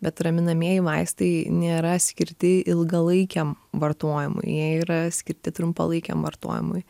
bet raminamieji vaistai nėra skirti ilgalaikiam vartojimui jie yra skirti trumpalaikiam vartojimui